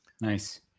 Nice